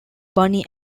bunny